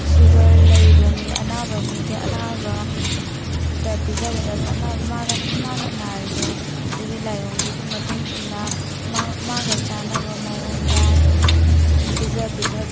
sugar ꯂꯩꯕ ꯃꯤ ꯑꯅꯥꯕ ꯃꯤꯗꯤ ꯑꯅꯥꯕꯗ ꯄꯤꯖꯒꯗꯕ ꯑꯅꯥꯕ ꯃꯥꯒ ꯃꯥꯅ ꯅꯥꯔꯤꯕꯗꯨꯒꯤ ꯂꯥꯏꯑꯣꯡꯗꯨꯒꯤ ꯃꯇꯨꯡ ꯏꯟꯅ ꯃꯥꯒ ꯆꯥꯟꯅꯕ ꯃꯑꯣꯡꯗ ꯄꯤꯖ ꯄꯤꯊꯛ